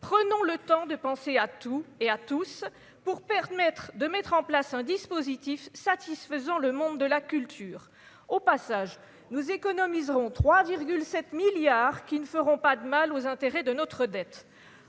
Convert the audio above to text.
prenons le temps de penser à tout et à tous pour permettre de mettre en place un dispositif satisfaisant Le monde de la culture, au passage, nous économiserons 3 virgule 7 milliards qui ne feront pas de mal aux intérêts de notre dette,